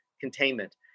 containment